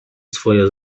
swoje